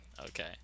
okay